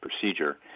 procedure